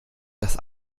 das